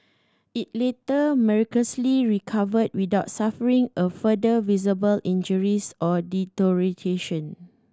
it later miraculously recovered without suffering a further visible injuries or deterioration